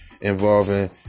involving